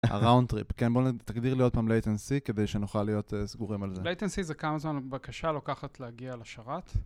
הראונטריפ, כן בוא נתגדיר להיות פעם לייטנסי כדי שנוכל להיות סגורים על זה. לייטנסי זה כמה זמן בקשה לוקחת להגיע לשרת.